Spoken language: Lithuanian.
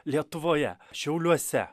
lietuvoje šiauliuose